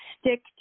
stick